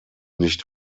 nicht